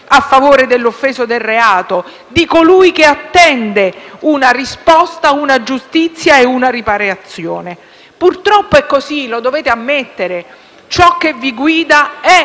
a favore dell'offeso del reato, di colui che attende una risposta, una giustizia e una riparazione. Purtroppo è così, lo dovete ammettere: ciò che vi guida è